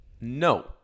no